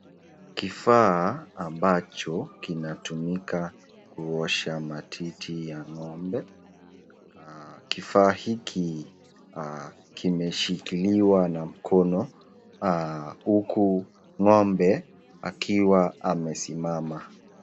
Kifaa ambacho kinatumika kuisha matiti ya ng'ombe . Kifaa hiki kimeshukiliwa na mkono huku ng'ombe akiwa amesimama.